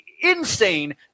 insane